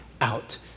out